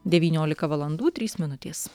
devyniolika valandų trys minutės